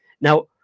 Now